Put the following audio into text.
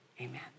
Amen